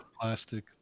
plastic